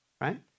right